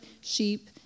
sheep